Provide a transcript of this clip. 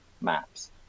maps